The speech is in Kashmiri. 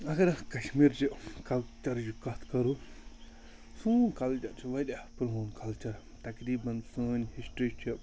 اگر أسۍ کَشمیٖرچہِ کَلچَرٕچ کَتھ کَرو سون کَلچَر چھُ واریاہ پرٛون کَلچَر تَقریٖباً سٲنۍ ہِسٹرٛی چھِ